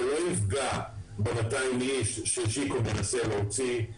זה לא יפגע ב-200 האנשים ששיקו מנסה להוציא.